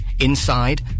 Inside